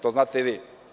To znate i vi.